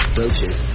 roaches